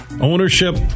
ownership